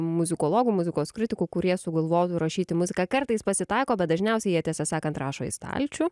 muzikologų muzikos kritikų kurie sugalvotų rašyti muziką kartais pasitaiko bet dažniausiai jie tiesą sakant rašo į stalčių